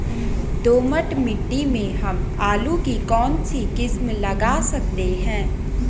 दोमट मिट्टी में हम आलू की कौन सी किस्म लगा सकते हैं?